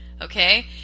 okay